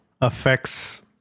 affects